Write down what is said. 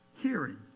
hearing